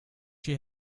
she